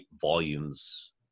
volumes